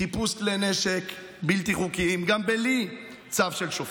חיפוש כלי נשק בלתי חוקיים גם בלי צו של שופט.